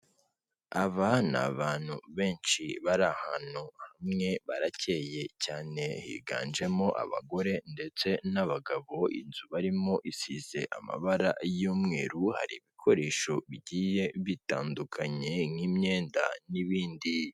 Aba ni abantu benshi bari ahantu hamwe, barakeye cyane. Higanjemo abagore ndetse n'abagabo. Inzu barimo isize amabara y'umweru, hari ibikoresho bigiye bitandukanye, nk'imyenda n'ibindi.